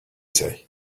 say